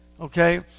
Okay